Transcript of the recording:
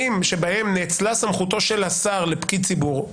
שבהם נאצלה סמכותו של השר לפקיד ציבור,